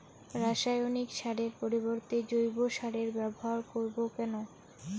রাসায়নিক সারের পরিবর্তে জৈব সারের ব্যবহার করব কেন?